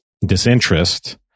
disinterest